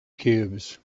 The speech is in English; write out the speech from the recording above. cubes